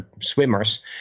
swimmers